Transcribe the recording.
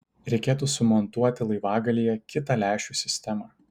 reikėtų sumontuoti laivagalyje kitą lęšių sistemą